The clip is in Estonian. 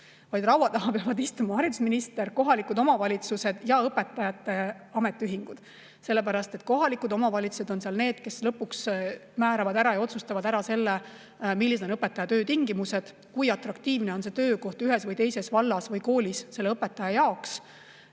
vaid laua taha peavad istuma haridusminister, kohalikud omavalitsused ja õpetajate ametiühingud. Kohalikud omavalitsused on need, kes lõpuks määravad ja otsustavad ära selle, millised on õpetaja töötingimused, kui atraktiivne on see töökoht ühes või teises vallas või koolis selle õpetaja jaoks.